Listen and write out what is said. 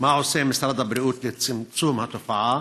מה עושה משרד הבריאות לצמצום התופעה?